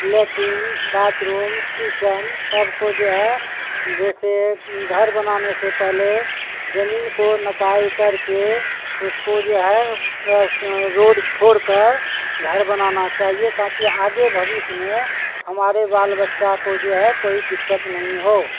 letting bathroom kitchen سب کو جو ہے جیسے گھر بنانے سے پہلے جمین کو نپائی کر کے اس کو جو ہے پرس روڈ چھوڑ کر گھر بنانا چاہئے تاکہ آگے بھوس میں ہمارے بال بچہ کو جو ہے کوئی دقت نہیں ہو